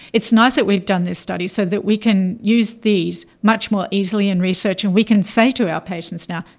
it's nice that we have done this study so that we can use these much more easily in research and we can say to our patients now,